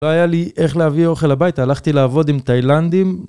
לא היה לי איך להביא אוכל הביתה, הלכתי לעבוד עם תאילנדים.